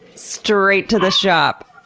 straight to the shop,